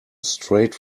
straight